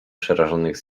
przerażonych